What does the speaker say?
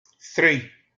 three